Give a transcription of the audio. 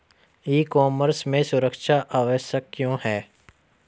ई commerce में सुरक्षा आवश्यक क्यों है?